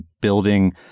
building